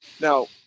Now